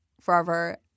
forever